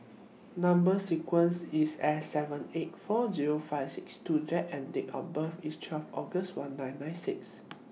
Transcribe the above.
Number sequence IS S seven eight four Zero five six two Z and Date of birth IS twelve August one nine nine six